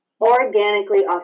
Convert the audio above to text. organically